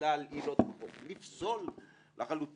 החופש הרפרטוארי הוא אחד מהם.